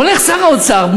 הולך שר האוצר,